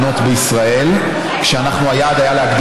ביומיים האחרונים היו הרבה חדשות ושינויי דעה בנושא ח'אן